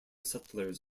settlers